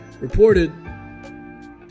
reported